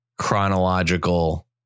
chronological